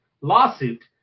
lawsuit